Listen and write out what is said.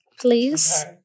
Please